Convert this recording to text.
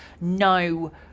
no